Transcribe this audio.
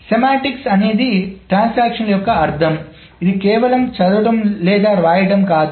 కాబట్టి సెమాంటిక్స్ అనేది ట్రాన్సాక్షన్లు యొక్క అర్ధం ఇది కేవలం చదవడం లేదా రాయడం కాదు